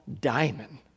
diamond